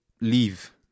leave